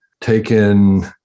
taken